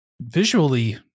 visually